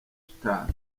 shitani